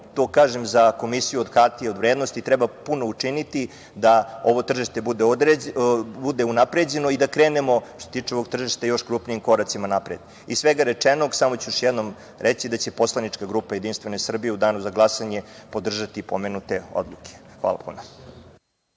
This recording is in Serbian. to kažem za Komisiju za hartije od vrednosti treba puno učiniti da ovo tržište bude unapređeno i da krenemo, što se tiče ovog tržišta, još krupnijim koracima napred. Iz svega rečenog, samo ću još jednom reći da će PG Jedinstvena Srbija u Danu za glasanje podržati pomenute odluke. Hvala.